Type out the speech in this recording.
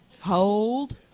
hold